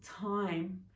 time